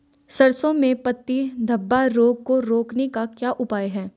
सरसों में पत्ती धब्बा रोग को रोकने का क्या उपाय है?